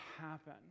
happen